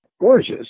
gorgeous